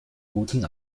guten